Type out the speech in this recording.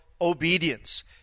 obedience